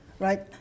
Right